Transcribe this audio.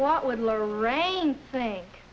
what would lorraine think